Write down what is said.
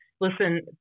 listen